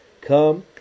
come